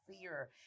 fear